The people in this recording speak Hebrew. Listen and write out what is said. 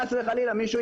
חס וחלילה,